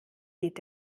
geht